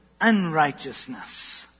unrighteousness